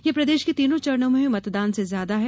यह प्रदेश के तीनों चरणों में हुए मतदान से ज्यादा है